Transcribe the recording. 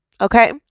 okay